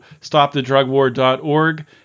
stopthedrugwar.org